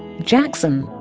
jackson.